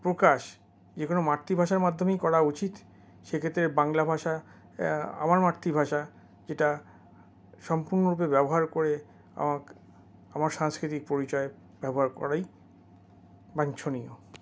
প্রকাশ যে কোনো মাতৃভাষার মাধ্যমেই করা উচিত সেক্ষেত্রে বাংলা ভাষা আমার মাতৃভাষা যেটা সম্পূর্ণরূপে ব্যবহার করে আমাকে আমার সাংস্কৃতিক পরিচয় ব্যবহার করাই বাঞ্ছনীয়